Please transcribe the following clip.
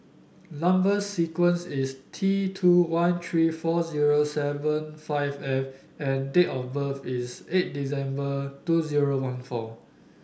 number sequence is T two one three four zero seven five F and date of birth is eight December two zero one four